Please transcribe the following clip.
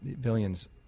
Billions